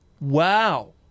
Wow